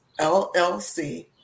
LLC